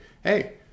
hey